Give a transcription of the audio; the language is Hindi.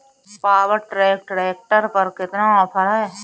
पावर ट्रैक ट्रैक्टर पर कितना ऑफर है?